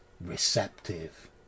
receptive